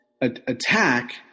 attack